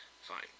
Fine